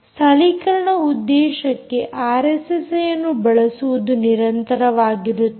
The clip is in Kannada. ಸ್ಥಳೀಕರಣ ಉದ್ದೇಶಕ್ಕೆ ಆರ್ಎಸ್ಎಸ್ಐಯನ್ನು ಬಳಸುವುದು ನಿರಂತರವಾಗಿರುತ್ತದೆ